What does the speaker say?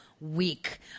week